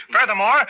Furthermore